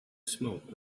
smoke